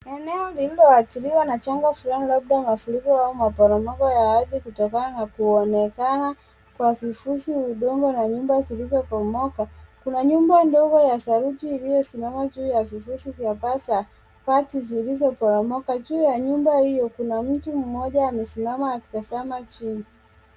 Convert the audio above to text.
Eneo lililoathiriwa na janga fulani labda mafuriko au maporomoko ya ardhi kutokana na kuonekana kwa vifusi vya udongo na nyumba zilizobomoka. Kuna nyumba ndogo ya saruji iliyosimama juu ya vifusi vya pasa nafasi vilivyoporomoka. Juu ya nyumba hio kuna mtu mmoja amesimama akitazama chini.